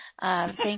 Thank